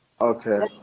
Okay